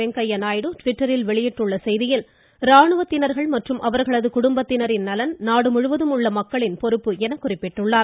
வெங்கய்ய நாயுடு ட்விட்டரில் வெளியிட்டுள்ள செய்தியில் ராணுவத்தினர்கள் மற்றும் அவர்களது குடும்பத்தினரின் நலன் நாடு முழுவதும் உள்ள மக்களின் பொறுப்பு என்று குறிப்பிட்டார்